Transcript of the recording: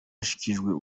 yashyikirizwaga